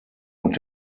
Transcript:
und